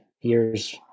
years